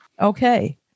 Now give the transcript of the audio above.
Okay